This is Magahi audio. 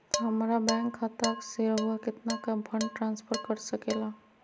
हमरा बैंक खाता से रहुआ कितना का फंड ट्रांसफर कर सके ला?